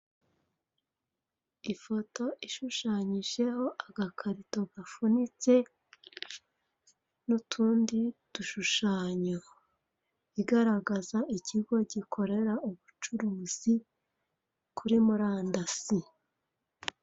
Ifoto ishushanyijeho agakarito gafunitse n'utundi dushushanyo, igaragaza ikigo gikorera ubucuruzi kuri murandasi.